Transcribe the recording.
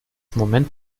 moment